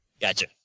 Gotcha